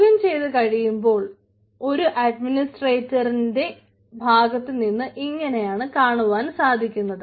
login ചെയ്തു കഴിയുമ്പോൾ ഒരു അഡ്മിനിസ്ട്രേറ്ററിന്റെ ഭാഗത്തു നിന്ന് ഇങ്ങനെയാണ് കാണുവാൻ സാധിക്കുന്നത്